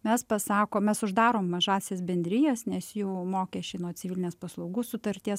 mes pasakom mes uždarom mažąsias bendrijas nes jų mokesčiai nuo civilinės paslaugų sutarties